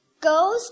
goes